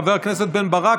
חבר הכנסת בן ברק,